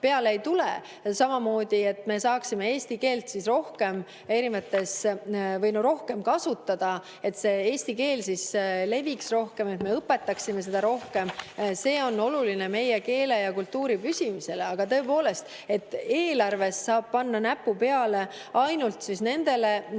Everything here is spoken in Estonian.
peale ei tule. Samamoodi, et me saaksime eesti keelt rohkem kasutada, et eesti keel leviks rohkem, et me õpetaksime seda rohkem. See on oluline meie keele ja kultuuri püsimisele. Aga tõepoolest, eelarves saab panna näpu peale ainult nendele kirjetele,